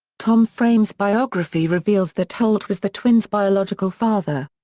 tom frame's biography reveals that holt was the twins' biological father.